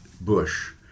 Bush